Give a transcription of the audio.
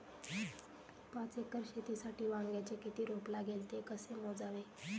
पाच एकर शेतीसाठी वांग्याचे किती रोप लागेल? ते कसे मोजावे?